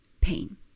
pain